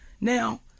Now